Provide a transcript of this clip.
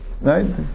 Right